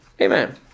Amen